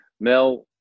Mel